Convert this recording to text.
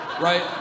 right